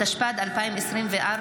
התשפ"ד 2024,